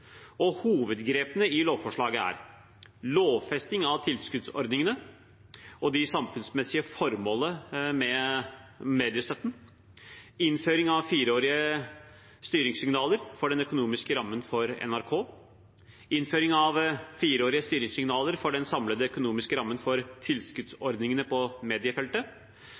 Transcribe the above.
Hovedgrepene i lovforslaget er: lovfesting av tilskuddsordningene og det samfunnsmessige formålet med mediestøtten, innføring av fireårige styringssignaler for den økonomiske rammen for NRK, innføring av fireårige styringssignaler for den samlede økonomiske rammen for tilskuddsordningene på mediefeltet